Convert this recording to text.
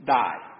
die